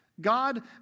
God